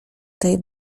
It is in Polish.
tej